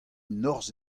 norzh